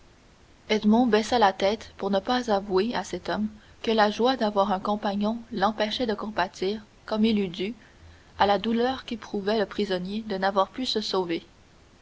baissa la tête pour ne pas avouer à cet homme que la joie d'avoir un compagnon l'empêchait de compatir comme il eût dû à la douleur qu'éprouvait le prisonnier de n'avoir pu se sauver